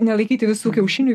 nelaikyti visų kiaušinių